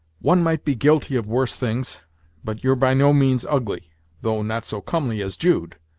one might be guilty of worse things but you're by no means ugly though not so comely as jude.